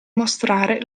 mostrare